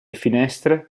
finestre